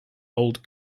old